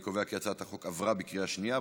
אני קובע כי הצעת החוק עברה בקריאה שנייה.